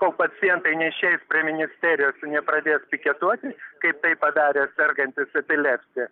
kol pacientai neišeis prie ministerijos nepradėti piketuoti kaip tai padarė sergantis epilepsija